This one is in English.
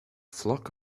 flock